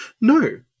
No